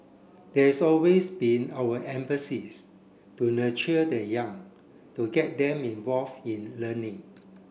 there is always been our emphasis to nurture the young to get them involve in learning